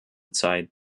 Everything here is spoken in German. zeit